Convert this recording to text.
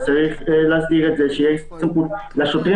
צריך להסדיר את זה שיש סמכות לשוטרים